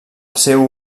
seu